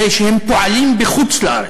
זה שהם פועלים בחוץ-לארץ.